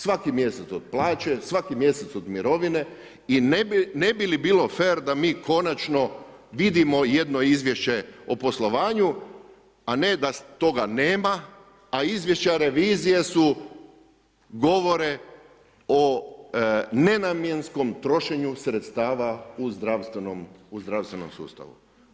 Svaki mjesec od plaće, svaki mjesec od mirovine i ne bi li bilo fer da mi konačno vidimo jedno izvješće o poslovanju a ne da toga nema, a izvješća revizija govore o nenamjenskom trošenju sredstava u zdravstvenom sustavu.